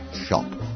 shop